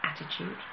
attitude